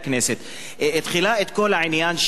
כל העניין של הסעה,